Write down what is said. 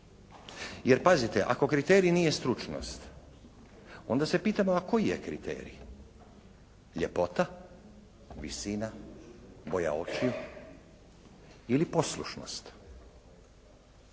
Jer pazite ako kriterij nije stručnost onda se pitamo a koji je kriterij? Ljepota, visina, bolja očiju ili poslušnost?